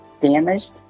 damaged